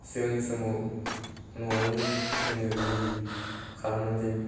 सिगांनि समाव न'आवनो जोङो मुलि खालामनानै जायोमोन